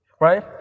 Right